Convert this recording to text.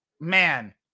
man-